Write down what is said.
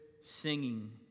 singing